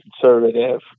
conservative